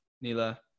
nila